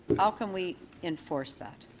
how can we enforce that?